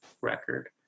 record